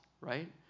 right